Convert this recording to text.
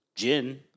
Jin